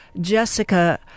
Jessica